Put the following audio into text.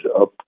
up